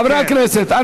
חברי הכנסת,